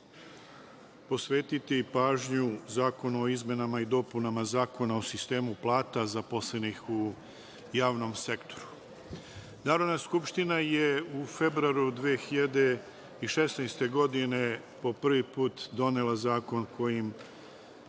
posvetiti pažnju Zakonu o izmenama i dopunama Zakona o sistemu plata zaposlenih u javnom sektoru. Narodna skupština je u februaru 2016. godine po prvi put donela zakon kojim